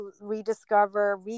rediscover